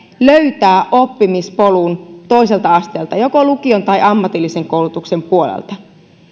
löytää oppimispolun toiselta asteelta joko lukion tai ammatillisen koulutuksen puolelta